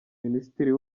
minisitiri